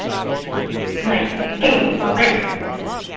there's one of those nasty gamblesome elves, he said.